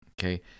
Okay